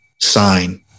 sign